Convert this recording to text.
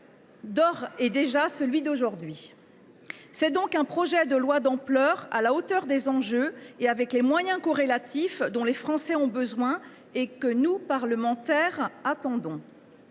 d’ores et déjà, celui d’aujourd’hui. C’est donc d’un projet de loi d’ampleur, à la hauteur des enjeux et avec les moyens corrélatifs, que les Français ont besoin. Nous, parlementaires, l’attendons.